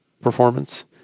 performance